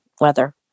weather